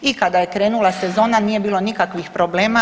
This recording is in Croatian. I kada je krenula sezona nije bilo nikakvih problema.